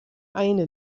eine